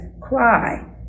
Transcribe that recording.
Cry